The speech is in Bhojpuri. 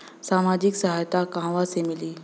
सामाजिक सहायता कहवा से मिली?